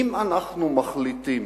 אם אנחנו מחליטים